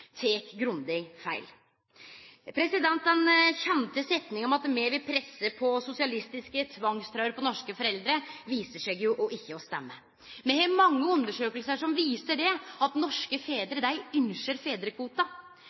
tek grundig feil. Den kjende setninga om at me vil presse sosialistiske tvangstrøyer på norske foreldre, viser seg ikkje å stemme. Me har mange undersøkingar som viser at norske fedrar ynskjer